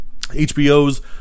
HBO's